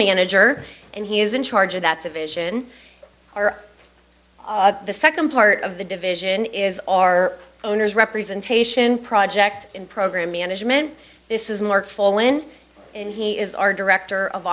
manager and he is in charge of that's a vision our the second part of the division is our owners representation project in program management this is mark foley when and he is our director of